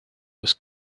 was